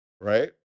right